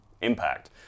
impact